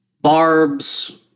barbs